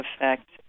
effect